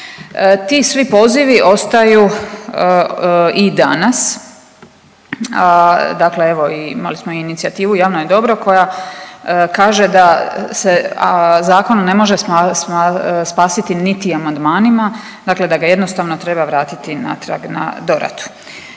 Ti svi pozivi ostaju i danas, dakle evo imali smo inicijativu „Javno je dobro“ koja kaže da se zakon ne može spasiti niti amandmanima, dakle da ga jednostavno treba vratiti natrag na doradu.